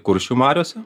kuršių mariose